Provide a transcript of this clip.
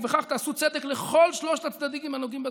ובכך תעשו צדק לכל שלושת הצדדים הנוגעים בדבר,